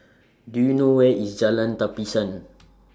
Do YOU know Where IS Jalan Tapisan